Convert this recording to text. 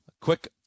Quick